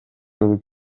жолу